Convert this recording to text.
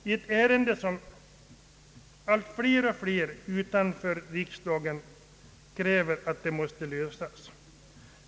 Det är en fråga som allt fler utanför riksdagen kräver en lösning på.